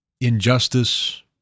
injustice